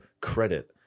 credit